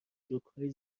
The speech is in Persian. جوکهای